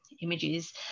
images